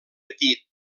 petit